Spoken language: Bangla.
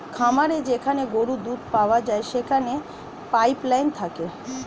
খামারে যেখানে গরুর দুধ পাওয়া যায় সেখানে পাইপ লাইন থাকে